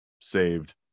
saved